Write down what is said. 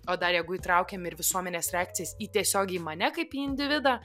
o dar jeigu įtraukiam ir visuomenės reakcijas į tiesiogiai mane kaip į individą